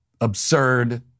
absurd